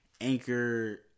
Anchor